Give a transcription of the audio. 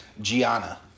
Gianna